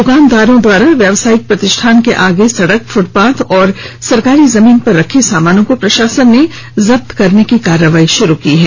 दुकानदारों द्वारा व्यावसायिक प्रतिष्ठान के आगे सड़क फुटपाथ और सरकारी जमीन पर रखे सामानों को प्रशासन ने जब्त करने की कार्रवाई शुरू की है